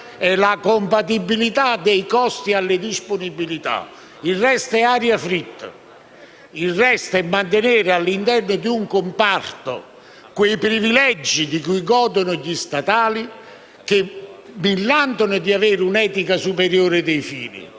la compatibilità dei costi alle disponibilità. Il resto è aria fritta. Il resto è mantenere, all'interno di un comparto, quei privilegi di cui godono gli statali, che millantano di avere un'etica superiore dei fini,